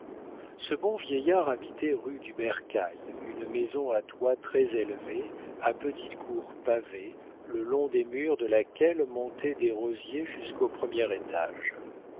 ce bon vieillard habitait rue du bercail une maison à toits très élevés à petite cour pavée le long des murs de laquelle montaient des rosiers jusqu'au premier étage